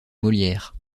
molière